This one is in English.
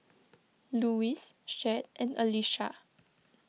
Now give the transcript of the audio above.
Lois Chet and Alisha